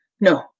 no